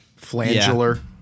Flangular